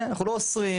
אנחנו לא אוסרים,